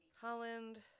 Holland